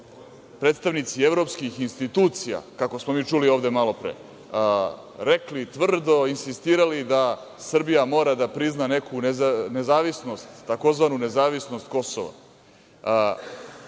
predstavnici evropskih institucija, kako smo mi čuli malopre rekli tvrdo i insistirali da Srbija mora da prizna neku nezavisnost, tzv. nezavisnost Kosova.